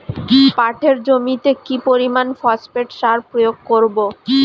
পাটের জমিতে কি পরিমান ফসফেট সার প্রয়োগ করব?